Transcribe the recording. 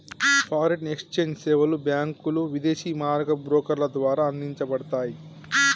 foreign exchange సేవలు బ్యాంకులు, విదేశీ మారకపు బ్రోకర్ల ద్వారా అందించబడతయ్